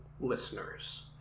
listeners